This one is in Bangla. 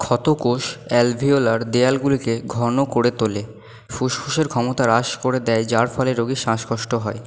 ক্ষত কোষ অ্যালভিওলার দেওয়ালগুলিকে ঘন করে তোলে ফুসফুসের ক্ষমতা হ্রাস করে দেয় যার ফলে রোগীর শ্বাসকষ্ট হয়